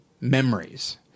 memories